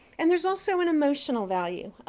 and there's also an emotional value.